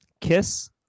kiss